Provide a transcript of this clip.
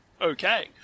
Okay